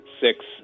six